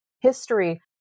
history